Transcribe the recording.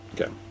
Okay